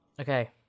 Okay